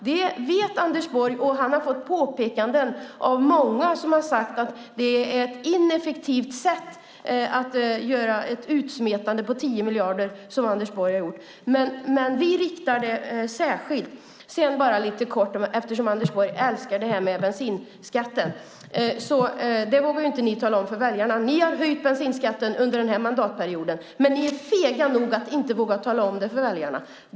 Det vet Anders Borg och han har fått påpekanden av många som har sagt att det är ett ineffektivt sätt att göra ett utsmetande på 10 miljarder som Anders Borg har gjort. Men vi riktar stödet särskilt. Bara lite kort, eftersom Anders Borg älskar bensinskatten. Det vågar inte ni tala om för väljarna. Ni har höjt bensinskatten under den här mandatperioden, men ni är fega nog att inte våga tala om det för väljarna.